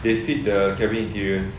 they feed the cabin interiors